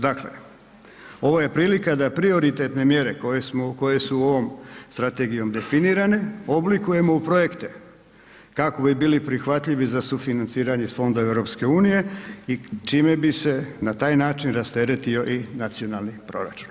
Dakle, ovo je prilika da prioritetne mjere koje smo, koje su ovom strategijom definirane, oblikujemo u projekte kako bi bili prihvatljivi za sufinanciranje iz fonda EU i čime bi se na taj način rasteretio i nacionalni proračun.